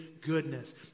goodness